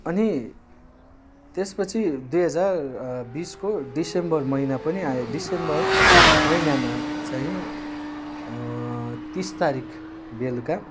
अनि त्यसपछि दुई हजार बिसको डिसेम्बर महिना पनि आयो डिसेम्बर महिनामा चाहिँ तिस तारिक बेलुका